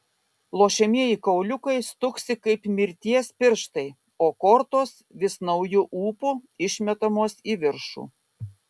lošiamieji kauliukai stuksi kaip mirties pirštai o kortos vis nauju ūpu išmetamos į viršų